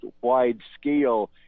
wide-scale